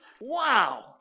Wow